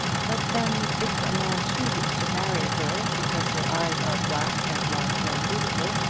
but then, if a man chooses to marry a girl because her eyes are black and large and beautiful,